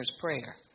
prayer